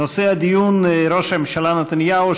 נושא הדיון: ראש הממשלה נתניהו,